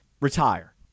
Retire